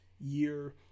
year